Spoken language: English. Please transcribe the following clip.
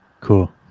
Cool